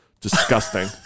Disgusting